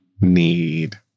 need